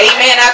Amen